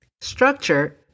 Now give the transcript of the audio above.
Structure